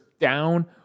down